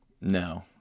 no